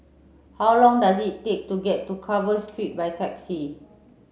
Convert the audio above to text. how long does it take to get to Carver Street by taxi